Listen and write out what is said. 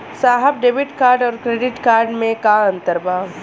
साहब debit card और credit card में का अंतर बा?